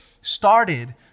started